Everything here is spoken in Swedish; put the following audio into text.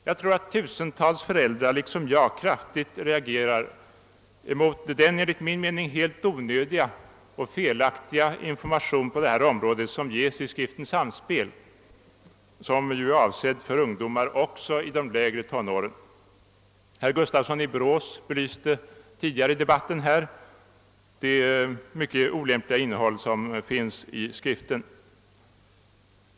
Jag tror att tusentals föräldrar liksom jag kraftigt reagerar mot den enligt min mening helt onödiga och felaktiga information på detta område som ges i skriften »Samspel», vilken ju är avsedd för ungdomen också i de lägre tonåren. Herr Gustafsson i Borås har tidigare i debatten belyst det mycket olämpliga innehållet i den skriften.